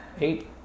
Eight